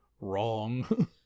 Wrong